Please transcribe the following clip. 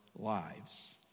lives